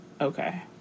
okay